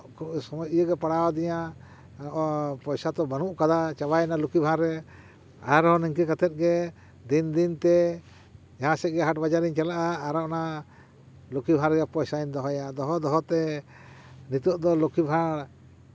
ᱥᱚᱢᱚᱭ ᱤᱭᱟᱹᱨᱮ ᱯᱟᱲᱟᱣ ᱫᱤᱧᱟ ᱯᱚᱭᱥᱟ ᱛᱚ ᱵᱟᱹᱱᱩᱜ ᱠᱟᱫᱟ ᱪᱟᱵᱟᱭᱱᱟ ᱞᱚᱠᱠᱷᱤ ᱵᱷᱟᱬᱨᱮ ᱟᱨᱚ ᱱᱤᱝᱠᱟᱹ ᱠᱟᱛᱮᱫ ᱜᱮ ᱫᱤᱱ ᱫᱤᱱᱛᱮ ᱡᱟᱦᱟᱸᱥᱮᱫ ᱜᱮ ᱦᱟᱴ ᱵᱟᱡᱟᱨᱤᱧ ᱪᱟᱞᱟᱜᱼᱟ ᱟᱨ ᱚᱱᱟ ᱞᱚᱠᱠᱷᱤ ᱵᱷᱟᱬ ᱨᱮᱭᱟᱜ ᱯᱚᱭᱥᱟᱧ ᱫᱚᱦᱚᱭᱟ ᱫᱚᱦᱚ ᱫᱚᱦᱚᱛᱮ ᱱᱤᱛᱚᱜ ᱫᱚ ᱞᱚᱠᱠᱷᱤ ᱵᱷᱟᱬ